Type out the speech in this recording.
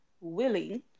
willing